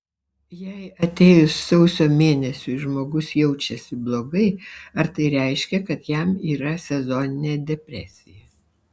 jei atėjus sausio mėnesiui žmogus jaučiasi blogai ar tai reiškia kad jam yra sezoninė depresija